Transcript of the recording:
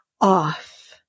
off